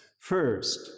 First